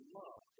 love